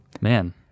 Man